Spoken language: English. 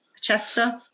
chester